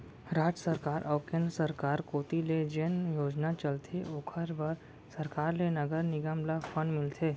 राज सरकार अऊ केंद्र सरकार कोती ले जेन योजना चलथे ओखर बर सरकार ले नगर निगम ल फंड मिलथे